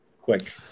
quick